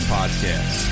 Podcast